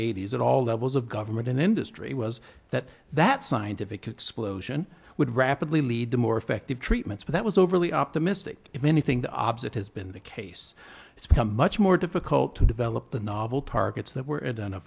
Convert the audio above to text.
eighty's at all levels of government and industry was that that scientific explosion would rapidly lead to more effective treatments but that was overly optimistic if anything the opposite has been the case it's become much more difficult to develop the novel targets that were i